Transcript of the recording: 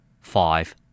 Five